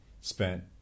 spent